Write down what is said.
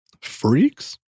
Freaks